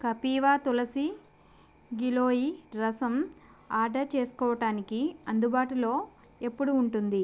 కపీవ Tulsi Giloy Rasam order చేసుకోడానికి అందుబాటులో ఎప్పుడు ఉంటుంది